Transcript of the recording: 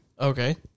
okay